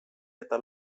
eta